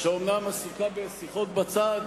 שאומנם עסוקה בשיחות בצד,